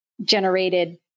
generated